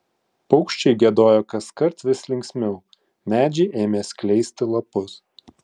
paukščiai giedojo kaskart vis linksmiau medžiai ėmė skleisti lapus